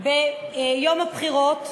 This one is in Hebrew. ביום הבחירות,